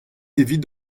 evit